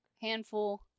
handful